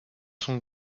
sont